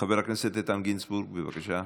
חבר הכנסת איתן גינזבורג, בבקשה.